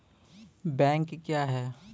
Bank क्या हैं?